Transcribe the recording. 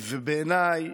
בעיניי